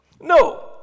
No